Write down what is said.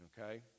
Okay